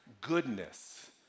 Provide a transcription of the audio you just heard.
goodness